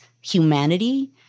humanity